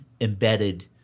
embedded